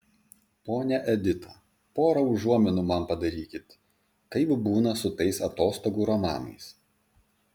ponia edita pora užuominų man padarykit kaip būna su tais atostogų romanais